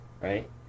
right